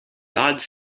odds